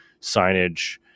signage